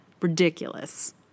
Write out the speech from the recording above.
ridiculous